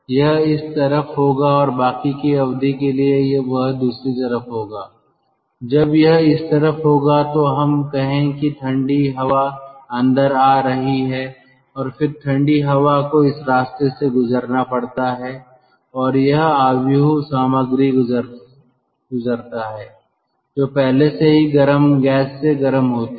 यह इस तरफ होगा और बाकी की अवधि के लिए यह दूसरी तरफ होगा जब यह इस तरफ होगा तो हम कहें कि ठंडी हवा अंदर आ रही है और फिर ठंडी हवा को इस रास्ते से गुजरना पड़ता है और यह मैट्रिक्स सामग्री गुजरता है जो पहले से ही गर्म गैस से गर्म होती है